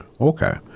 Okay